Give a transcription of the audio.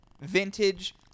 Vintage